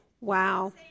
Wow